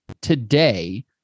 today